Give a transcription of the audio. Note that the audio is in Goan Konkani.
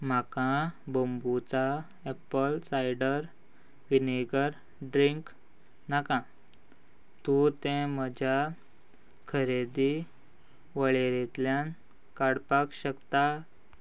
म्हाका बोंबुचा एप्पल सायडर विनेगर ड्रिंक नाका तूं तें म्हज्या खरेदी वळेरेंतल्यान काडपाक शकता